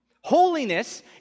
Holiness